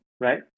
right